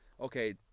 okay